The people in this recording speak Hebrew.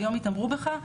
איך, היום התעמרו בך?